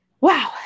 Wow